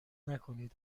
نکنید